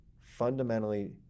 fundamentally